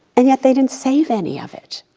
and yet they didn't save any of it.